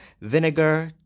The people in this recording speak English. vinegar